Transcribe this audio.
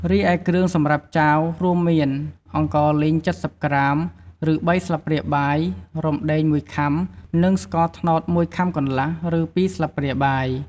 រីឯគ្រឿងសម្រាប់ចាវ រួមមាន អង្ករលីង ៧០ក្រាម ឬ ៣ស្លាបព្រាបាយ រំដេង ១ខាំ និងស្ករត្នោត ១ខាំកន្លះ ឬ ២ស្លាបព្រាបាយ។